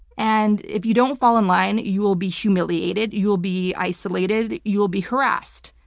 and if you don't fall in line, you will be humiliated, you will be isolated, you will be harassed.